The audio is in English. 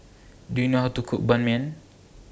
Do YOU know How to Cook Ban Mian